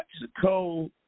Mexico